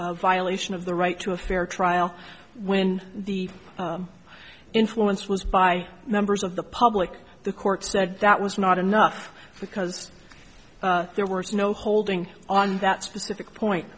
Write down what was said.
a violation of the right to a fair trial when the influence was by members of the public the court said that was not enough because there was no holding on that specific point